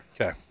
Okay